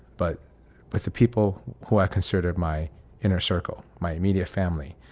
but with the people who i considered my inner circle, my immediate family,